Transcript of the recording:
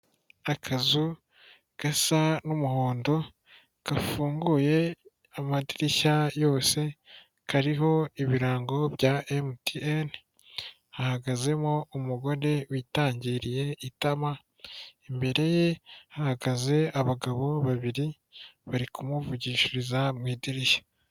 Akazu gasa n'umuhondo gafunguye amadirishya yose, kariho ibirango bya MTN, hahagazemo umugore witangiriye itama, imbere ye hahagaze abagabo babiri bari kumuvugishiriza mu idirishya.